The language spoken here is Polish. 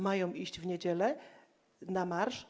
Mają iść w niedzielę na marsz?